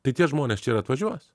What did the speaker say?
tai tie žmonės čia ir atvažiuos